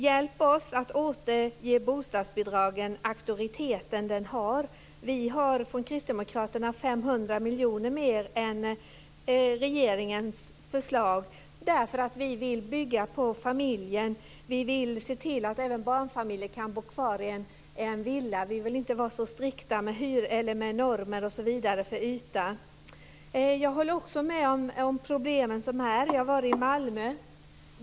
Hjälp oss att återge bostadsbidraget den auktoritet det har. Vi kristdemokrater har föreslagit 500 miljoner mer än regeringen. Vi vill nämligen bygga på familjen. Vi vill se till att även barnfamiljer kan bo kvar i en villa. Vi vill inte vara så strikta med normer för yta, osv. Jag håller också med om de problem som finns. Jag var i Malmö.